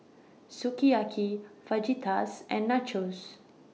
Sukiyaki Fajitas and Nachos